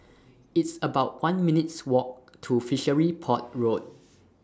It's about one minutes' Walk to Fishery Port Road